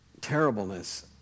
terribleness